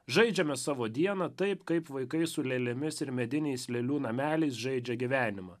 žaidžiame savo dieną taip kaip vaikai su lėlėmis ir mediniais lėlių namelis žaidžia gyvenimą